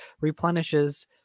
replenishes